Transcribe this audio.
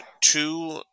two